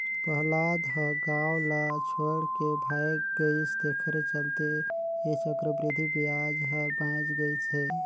पहलाद ह गाव ल छोएड के भाएग गइस तेखरे चलते ऐ चक्रबृद्धि बियाज हर बांएच गइस हे